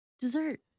dessert